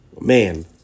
Man